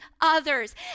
others